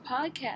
podcast